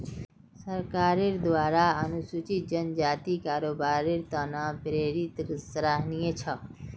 सरकारेर द्वारा अनुसूचित जनजातिक कारोबारेर त न प्रेरित सराहनीय छ